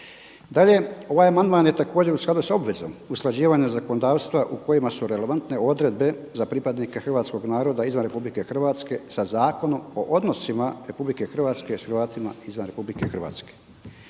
Dalje, ovaj amandman je također u skladu sa obvezom usklađivanja zakonodavstva u kojima su relevantne odredbe za pripadnike hrvatskog naroda izvan RH sa Zakonom o odnosima RH s Hrvatima izvan RH. Nadalje,